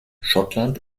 schottland